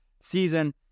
season